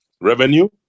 revenue